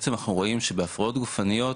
בעצם אנחנו רואים שבהפרעות גופניות,